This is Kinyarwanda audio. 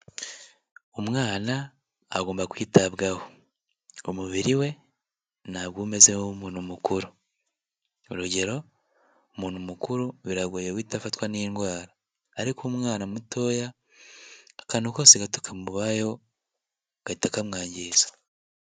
Umwana agomba kwitabwaho, umubiri we ntabwo uba umeze nk'uw'umuntu mukuru, urugero umuntu mukuru biragoye guhihita afatwa n'indwara, ariko umwana mutoya akantu kose gato kamubaye gahita kamwangiza.